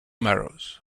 marrows